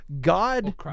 God